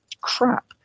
crap